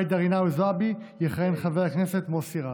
ג'ידא רינאוי זועבי יכהן חבר הכנסת מוסי רז.